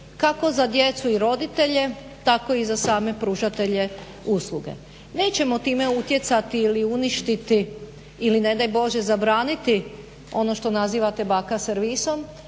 kako za djecu i roditelje, tako i za same pružatelje usluge. Nećemo time utjecati ili uništiti ili ne daj Bože zabraniti ono što nazivate baka servisom.